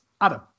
adam